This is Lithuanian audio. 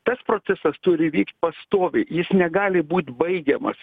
tas procesas turi vykt pastoviai jis negali būt baigiamas